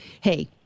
hey